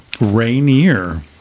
Rainier